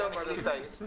בוועדת חוקה זה משהו אחר.